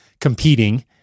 competing